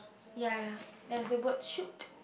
ya there is a word shoot